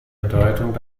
bedeutung